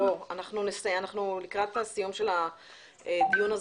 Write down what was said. אנחנו לקראת סיום הדיון.